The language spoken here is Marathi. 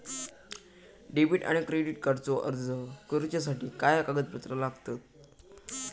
डेबिट आणि क्रेडिट कार्डचो अर्ज करुच्यासाठी काय कागदपत्र लागतत?